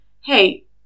Hey